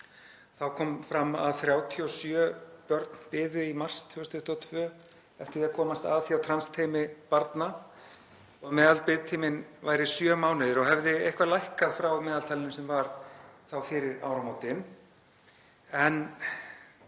Þar kom fram að 37 börn biðu í mars 2022 eftir því að komast að hjá transteymi barna. Meðalbiðtími væri sjö mánuðir og hefði eitthvað styst frá meðaltalinu sem var fyrir áramótin.